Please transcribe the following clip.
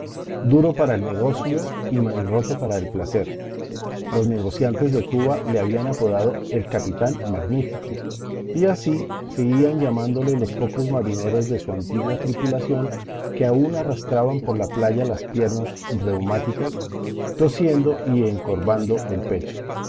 duro para el negocio y manirroto para el placer los negociantes de cuba le habían apodado el capitán magnífico y así seguían llamándole los pocos marineros de su antigua tripulación que aún arrastraban por la playa las piernas reumáticas tosiendo y encorvando el pecho